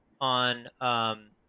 on